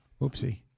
Oopsie